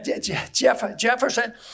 Jefferson